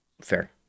Fair